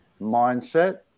mindset